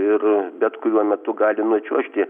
ir bet kuriuo metu gali nučiuožti